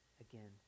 again